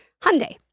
Hyundai